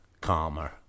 calmer